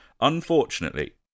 Unfortunately